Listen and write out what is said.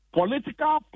political